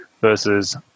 versus